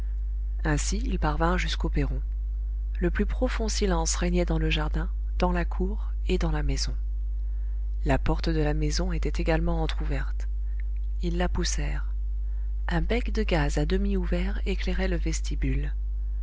ainsi ils parvinrent jusqu'au perron le plus profond silence régnait dans le jardin dans la cour et dans la maison la porte de la maison était également entrouverte ils la poussèrent un bec de gaz à demi ouvert éclairait le vestibule